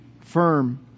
firm